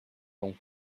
donc